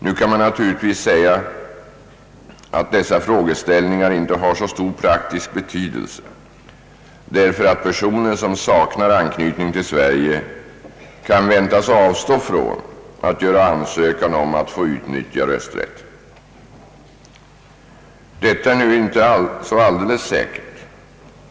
Nu kan man naturligtvis säga att dessa frågeställningar inte har så stor praktisk betydelse, därför att personer som saknar anknytning till Sverige kan väntas avstå från att göra ansökan om att få utnyttja rösträtten. Detta är nu inte så alldeles säkert.